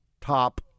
top